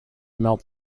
melt